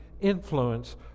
influence